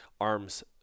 arms